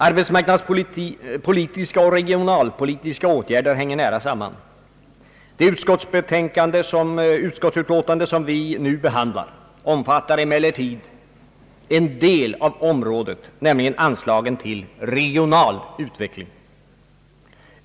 Arbetsmarknadspolitiska och regionalpolitiska åtgärder hänger nära samman. Det utskottsutlåtande vi nu behandlar omfattar emellertid en del av detta område, nämligen anslagen till regional utveckling.